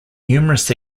numerous